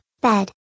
Bed